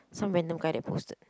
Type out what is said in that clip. some random guy that posted